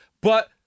But-